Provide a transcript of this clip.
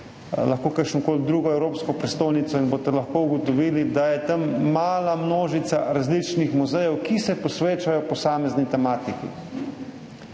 lahko kakršnokoli drugo evropsko prestolnico in boste lahko ugotovili, da je tam mala množica različnih muzejev, ki se posvečajo posamezni tematiki.